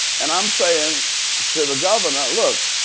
and i'm saying to the governor, look,